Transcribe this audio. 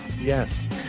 yes